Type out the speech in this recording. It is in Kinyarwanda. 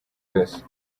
yose